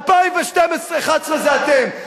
2011 זה אתם.